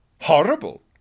horrible